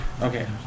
Okay